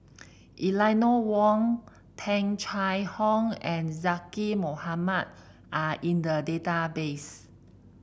Eleanor Wong Tung Chye Hong and Zaqy Mohamad are in the database